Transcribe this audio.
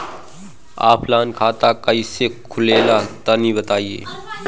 Offline खाता कइसे खुलेला तनि बताईं?